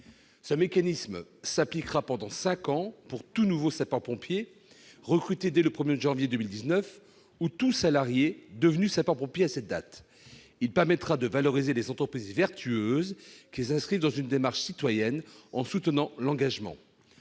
Ce mécanisme s'appliquera pendant cinq ans à tout nouveau sapeur-pompier volontaire recruté à compter du 1 janvier 2019 ou à tout salarié devenu sapeur-pompier volontaire à cette date. Il permettra de valoriser les entreprises vertueuses qui s'inscrivent dans une démarche citoyenne en soutenant l'engagement.